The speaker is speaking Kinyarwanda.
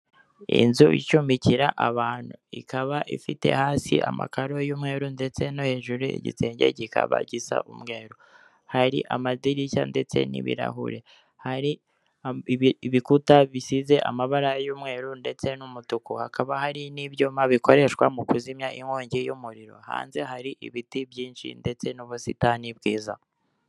Urujya ni uruza rw'abantu bari kwamamaza umukandida mu matora y'umukuru w'igihugu bakaba barimo abagabo ndetse n'abagore, bakaba biganjemo abantu bambaye imyenda y'ibara ry'icyatsi, bari mu ma tente arimo amabara y'umweru, icyatsi n'umuhondo, bamwe bakaba bafite ibyapa biriho ifoto y'umugabo wambaye kositime byanditseho ngo tora, bakaba bacyikijwe n'ibiti byinshi ku musozi.